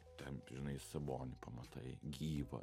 ten žinai sabonį pamatai gyvą